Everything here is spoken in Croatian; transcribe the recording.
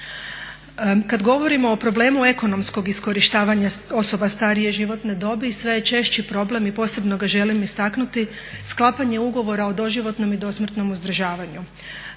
Kad govorimo o problemu ekonomskog iskorištavanja osoba starije životne dobi sve je češći problem i posebno ga želim istaknuti sklapanje ugovora o doživotnom i dosmrtnom uzdržavanju